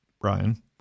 Brian